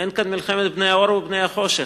אין כאן מלחמת בני-אור בבני-החושך.